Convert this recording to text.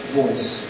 voice